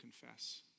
confess